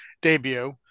Debut